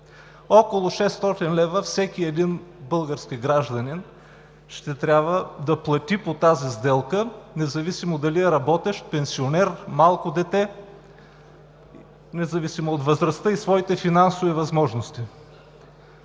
своята пенсия. Всеки един български гражданин ще трябва да плати около 600 лв. по тази сделка, независимо дали е работещ, пенсионер, малко дете, независимо от възрастта и своите финансови възможности